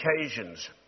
occasions